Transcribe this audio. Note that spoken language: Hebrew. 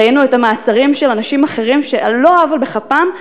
ראינו את המעצרים של אנשים אחרים על לא עוול בכפם.